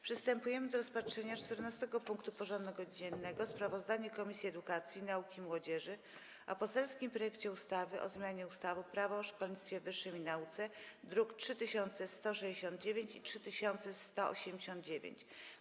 Przystępujemy do rozpatrzenia punktu 14. porządku dziennego: Sprawozdanie Komisji Edukacji, Nauki i Młodzieży o poselskim projekcie ustawy o zmianie ustawy Prawo o szkolnictwie wyższym i nauce (druki nr 3169 i 3189)